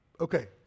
okay